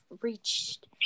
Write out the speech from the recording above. reached